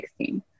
2016